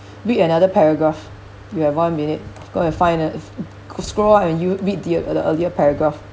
read another paragraph we have one minute go and find if scroll up and you read the ea~ earlier paragraph